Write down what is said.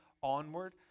onward